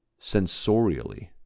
sensorially